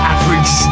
Average